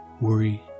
Worry